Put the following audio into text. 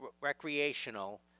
recreational